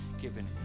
given